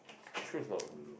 Yishun is not ulu